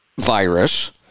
virus